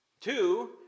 Two